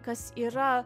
kas yra